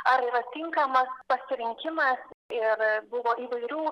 ar yra tinkamas pasirinkimas ir buvo įvairių